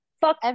fuck